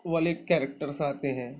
والے کریکٹرس آتے ہیں